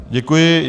Děkuji.